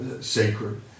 sacred